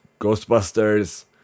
Ghostbusters